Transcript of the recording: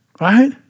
Right